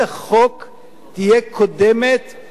תהיה קודמת ללידת בתה,